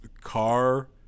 car